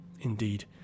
indeed